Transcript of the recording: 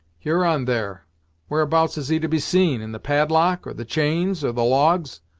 huron, there whereabouts is he to be seen in the padlock, or the chains, or the logs.